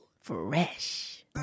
Fresh